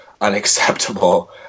unacceptable